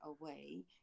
away